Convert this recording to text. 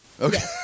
Okay